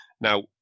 Now